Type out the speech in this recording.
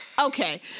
okay